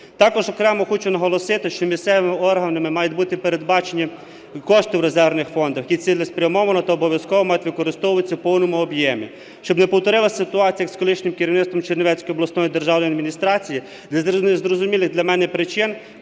Також окремо хочу наголосити, що місцевими органами мають бути передбачені кошти в резервних фондах і цілеспрямовано та обов'язково мають використовуватися в повному об'ємі, щоб не повторилася ситуація, як з колишнім керівництвом Чернівецької обласної державної адміністрації: з незрозумілих для мене причин